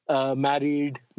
Married